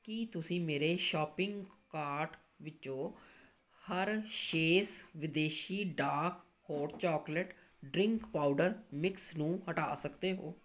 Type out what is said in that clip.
ਕੀ ਤੁਸੀਂ ਮੇਰੇ shopping cart ਵਿੱਚੋਂ ਹਰਸ਼ੇਸ ਵਿਦੇਸ਼ੀ dark hot chocolate drink powder mix ਨੂੰ ਹਟਾ ਸਕਦੇ ਹੋ